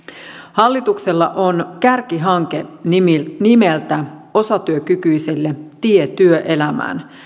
hallituksella on kärkihanke nimeltä osatyökykyisille tie työelämään